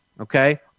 okay